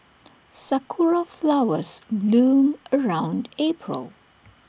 Sakura Flowers bloom around April